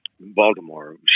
Baltimore